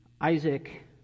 Isaac